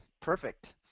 Perfect